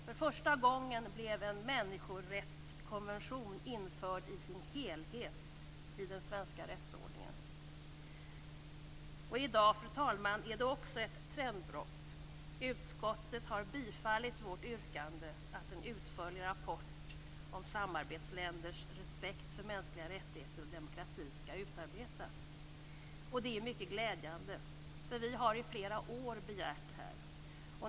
För första gången blev en människorättskonvention införd i sin helhet i den svenska rättsordningen. Fru talman! I dag är det också ett trendbrott. Utskottet har biträtt vårt yrkande att en utförlig rapport om samarbetsländers respekt för mänskliga rättigheter och demokrati skall utarbetas. Det är mycket glädjande. Vi har i flera år begärt det.